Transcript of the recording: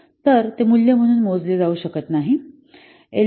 तर ते मूल्य म्हणून मोजले जाऊ शकतात की एलओसी